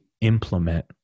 implement